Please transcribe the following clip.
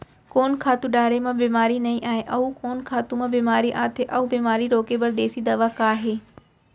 कोन खातू डारे म बेमारी नई आये, अऊ कोन खातू म बेमारी आथे अऊ बेमारी रोके बर देसी दवा का हे?